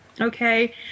okay